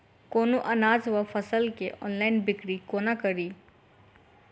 कोनों अनाज वा फसल केँ ऑनलाइन बिक्री कोना कड़ी?